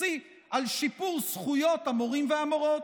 קיבוצי על שיפור זכויות המורים והמורות.